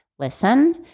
Listen